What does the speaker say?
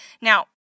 Now